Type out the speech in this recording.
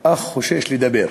אך חושש לדבר.